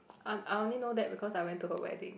I I only know that because I went to her wedding